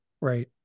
Right